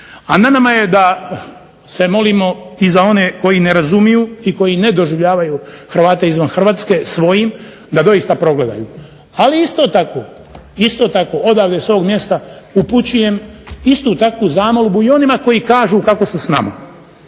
a na nama je da se molimo i za one koji ne razumiju i koji ne doživljavaju Hrvate izvan Hrvatske svojim da doista progledaju. Ali isto tako, isto tako ovdje sa ovoga mjesta upućujem istu takvu zamolbu i onima koji kažu kako su s nama.